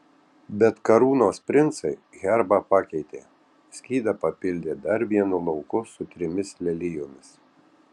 bet karūnos princai herbą pakeitė skydą papildė dar vienu lauku su trimis lelijomis